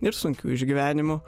ir sunkių išgyvenimų